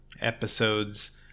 episodes